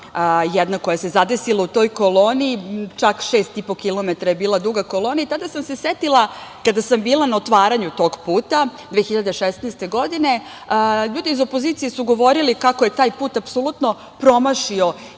jedna koja se zadesila u toj koloni, čak 6,5 kilometara je bila duga kolona. Tada sam se setila, kada sam bila na otvaranju tog puta 2016. godine, ljudi iz opozicije su govorili kako je taj apsolutno promašio